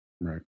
right